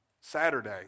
Saturday